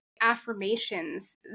affirmations